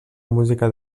música